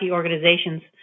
organizations